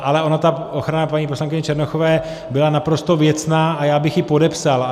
Ale ona ta ochrana paní poslankyně Černochové byla naprosto věcná a já bych ji podepsal.